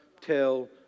tell